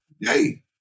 hey